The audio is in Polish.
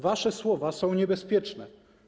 Wasze słowa są niebezpieczne.